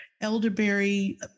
elderberry